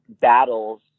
battles